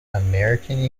american